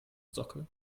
socke